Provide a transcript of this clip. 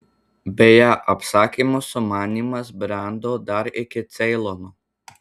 beje apsakymo sumanymas brendo dar iki ceilono